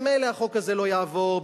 ממילא החוק הזה לא יעבור,